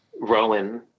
Rowan